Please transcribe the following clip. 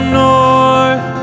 north